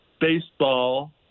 baseball